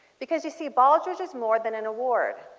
because you see baldrige is more than an award.